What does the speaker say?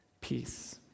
peace